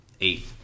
eight